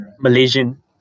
Malaysian